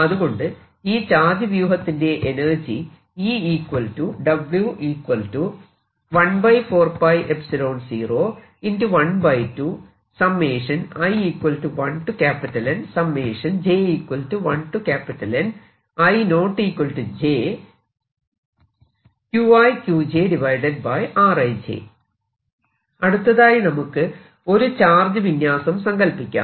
അതുകൊണ്ടു ഈ ചാർജ് വ്യൂഹത്തിന്റെ എനർജി അടുത്തതായി നമുക്ക് ഒരു ചാർജ് വിന്യാസം സങ്കല്പിക്കാം